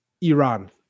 Iran